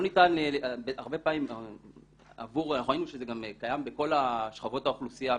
אנחנו ראינו שזה גם קיים בכל שכבות האוכלוסייה,